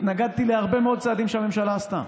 התנגדתי להרבה מאוד צעדים שהממשלה עשתה,